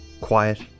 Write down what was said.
quiet